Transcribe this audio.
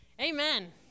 Amen